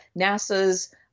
NASA's